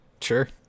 Sure